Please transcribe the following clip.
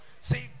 see